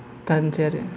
थानथियारि